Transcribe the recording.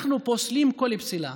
אנחנו פוסלים כל פסילה,